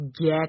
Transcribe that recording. get